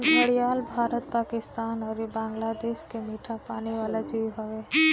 घड़ियाल भारत, पाकिस्तान अउरी बांग्लादेश के मीठा पानी वाला जीव हवे